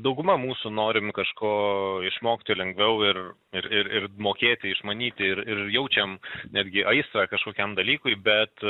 dauguma mūsų norim kažko išmokti lengviau ir ir ir ir mokėti išmanyti ir ir jaučiam netgi aistrą kažkokiam dalykui bet